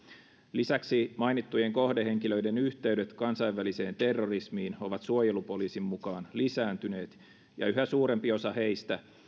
lisäksi mainittujen kohdehenkilöiden yhteydet kansainväliseen terrorismiin ovat suojelupoliisin mukaan lisääntyneet ja yhä suurempi osa heistä